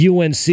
UNC